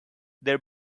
their